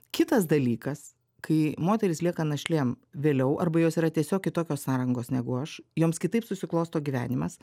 kitas dalykas kai moterys lieka našlėm vėliau arba jos yra tiesiog kitokios sąrangos negu aš joms kitaip susiklosto gyvenimas